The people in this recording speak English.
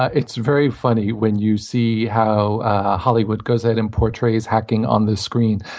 it's very funny when you see how hollywood goes in and portrays hacking on the screen.